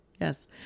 Yes